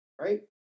right